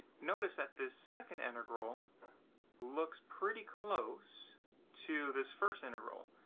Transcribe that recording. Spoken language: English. notice that this second integral looks pretty close to this first integral.